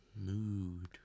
mood